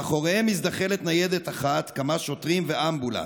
מאחוריהם מזדחלת ניידת אחת, כמה שוטרים ואמבולנס,